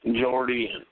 Jordy